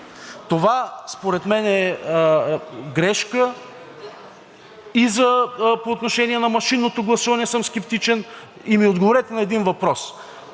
Това според мен е грешка. И по отношение на машинното гласуване съм скептичен. И ми отговорете на един въпрос: